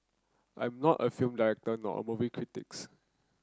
I'm not a film director nor a movie critics